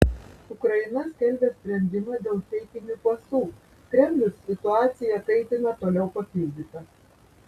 ukraina skelbia sprendimą dėl feikinių pasų kremlius situaciją kaitina toliau papildyta